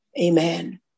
Amen